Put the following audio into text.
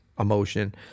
emotion